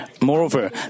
Moreover